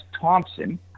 Thompson